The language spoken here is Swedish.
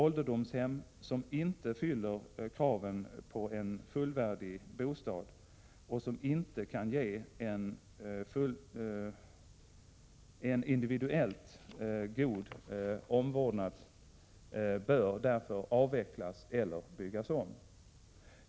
Ålderdomshem, som inte fyller kraven på en fullvärdig bostad och som inte kan ge en individuellt god omvårdnad, bör därför avvecklas eller byggas om.